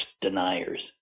deniers